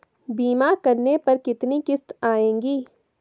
बीमा करने पर कितनी किश्त आएगी?